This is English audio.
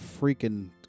freaking